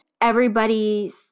Everybody's